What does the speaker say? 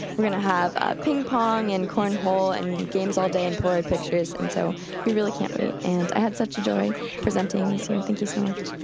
we're gonna have ah ping-pong and cornhole and games all day, and polaroid pictures. and so we really can't wait. and i had such a joy presenting this year. thank you so much.